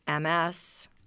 MS